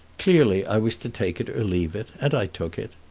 clearly i was to take it or leave it, and i took it.